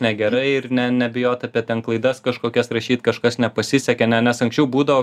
negerai ir ne nebijot apie ten klaidas kažkokias rašyt kažkas nepasisekė ne nes anksčiau būdavo